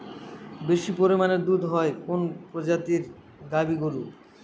বেশি পরিমানে দুধ হয় কোন প্রজাতির গাভি গরুর?